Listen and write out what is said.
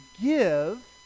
give